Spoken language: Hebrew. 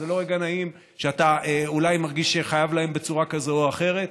זה לא רגע נעים שאתה אולי מרגיש שאתה חייב להם בצורה כזאת או אחרת,